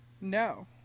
No